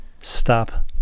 Stop